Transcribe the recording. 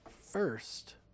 first